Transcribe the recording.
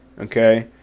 Okay